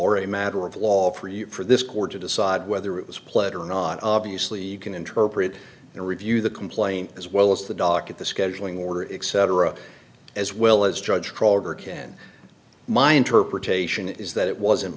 or a matter of law for you for this court to decide whether it was played or not obviously you can interpret and review the complaint as well as the docket the scheduling order etc as well as judge trog or can my interpretation is that it was